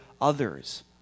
others